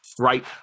Right